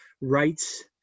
rights